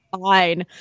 fine